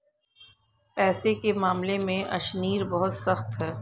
पैसे के मामले में अशनीर बहुत सख्त है